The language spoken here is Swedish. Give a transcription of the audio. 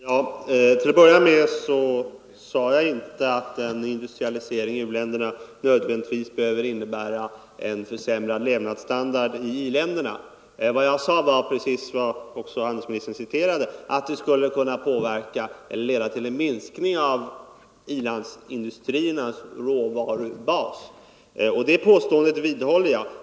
Herr talman! Till att börja med sade jag inte att en industrialisering u-länderna av u-länderna nödvändigtvis behöver innebära en försämrad levnadsstandard i i-länderna. Vad jag sade var, något som också handelsministern hänvisade till, att det skulle kunna leda till en minskning av i-landsindustriernas råvarubas, och det påståendet vidhåller jag.